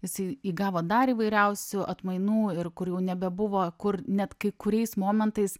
jisai įgavo dar įvairiausių atmainų ir kur jau nebebuvo kur net kai kuriais momentais